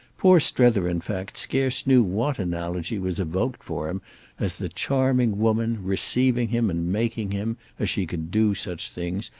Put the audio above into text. poor strether in fact scarce knew what analogy was evoked for him as the charming woman, receiving him and making him, as she could do such things,